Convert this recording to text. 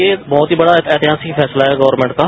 ये बहुत ही बड़ा ऐतिहासिक फैसला है गवर्मेंट का